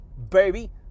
Baby